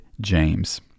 James